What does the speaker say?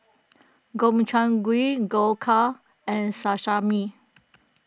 Gobchang Gui Dhokla and Sashimi